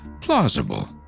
plausible